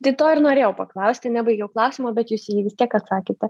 tai to ir norėjau paklausti nebaigiau klausimo bet jūs į jį vis tiek atsakėte